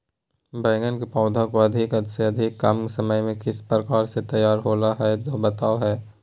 बैगन के पौधा को अधिक से अधिक कम समय में किस प्रकार से तैयारियां होला औ बताबो है?